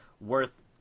worth –